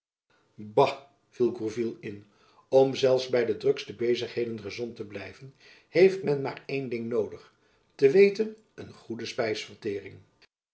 bah viel gourville in om zelfs by de drukste bezigheden gezond te blijven heeft men maar één jacob van lennep elizabeth musch ding noodig te weten een goede spijsverteering